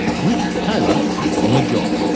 griffith taylor was on the job.